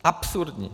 Absurdní.